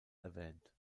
erwähnt